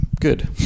good